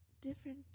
different